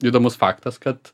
įdomus faktas kad